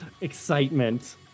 excitement